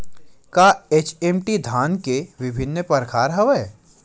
का एच.एम.टी धान के विभिन्र प्रकार हवय?